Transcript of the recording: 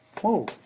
Whoa